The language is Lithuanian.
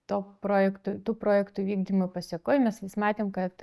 to projektų tų projektų vykdymo pasekoj mes matėm kad